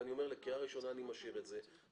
ואני אומר שלקריאה ראשונה אני משאיר את זה,